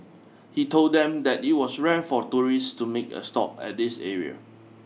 he told them that it was rare for tourists to make a stop at this area